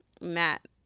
Matt